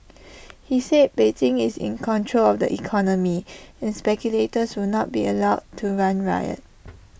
he said Beijing is in control of the economy and speculators will not be allowed to run riot